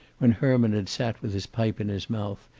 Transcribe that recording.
when herman had sat with his pipe in his mouth,